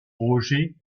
roger